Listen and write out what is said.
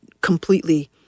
completely